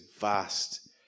vast